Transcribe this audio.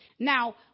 Now